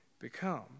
become